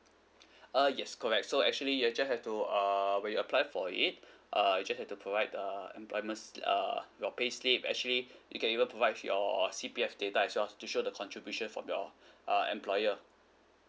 uh yes correct so actually you just have to err reapply for it uh you just have to provide the employments err your payslip actually you can even provide with your C_P_F data as well to show the contribution from your uh employer